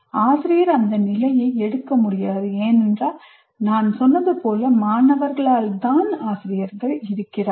ஆசிரியர் அந்த நிலையை எடுக்க முடியாது ஏனென்றால் நான் சொன்னது போல் மாணவர்களால் தான் ஆசிரியர்கள் இருக்கிறார்கள்